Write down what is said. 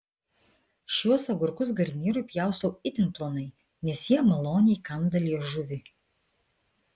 šiuos agurkus garnyrui pjaustau itin plonai nes jie maloniai kanda liežuvį